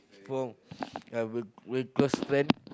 four uh we're we're close friend